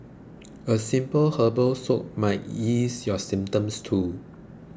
a simple herbal soak may ease your symptoms too